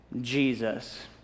Jesus